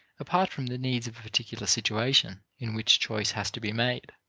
apart from the needs of a particular situation in which choice has to be made,